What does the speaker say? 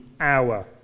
hour